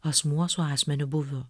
asmuo su asmeniu būviu